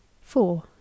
four